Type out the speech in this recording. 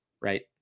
right